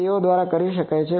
તેઓ કરી શકાય છે